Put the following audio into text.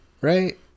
right